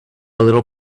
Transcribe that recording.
little